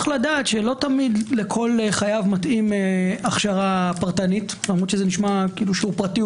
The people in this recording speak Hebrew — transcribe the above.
לא תמיד לכל חייב מתאים הכשרה פרטנית למרות שזה נשמע שיעור פרטי,